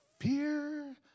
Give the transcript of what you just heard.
Fear